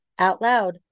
OUTLOUD